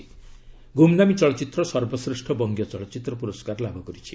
'ଗୁମ୍ନାମୀ' ଚଳଚ୍ଚିତ୍ର ସର୍ବଶ୍ରେଷ୍ଠ ବଙ୍ଗୀୟ ଚଳଚ୍ଚିତ୍ର ପୁରସ୍କାର ଲାଭ କରିଛି